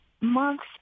months